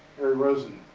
harry rosen.